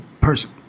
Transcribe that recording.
person